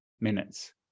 minutes